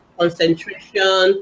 concentration